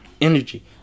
Energy